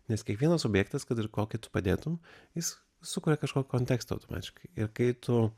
nes kiekvienas objektas kad ir kokį tu padėtum jis sukuria kažkokį kontekstą automatiškai ir kai tu